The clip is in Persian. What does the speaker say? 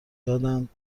دادند